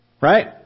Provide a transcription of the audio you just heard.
Right